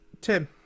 Tim